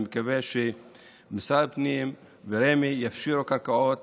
אני מקווה שמשרד הפנים ורמ"י יפשירו קרקעות